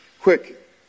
quick